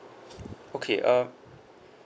okay uh